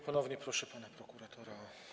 Ponownie proszę pana prokuratora.